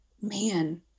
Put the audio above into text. man